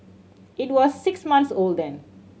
it was six months old then